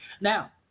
Now